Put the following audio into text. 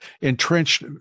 entrenched